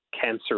cancer